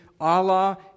Allah